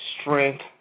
strength